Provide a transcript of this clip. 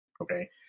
Okay